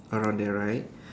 around there right